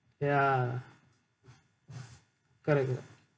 ya correct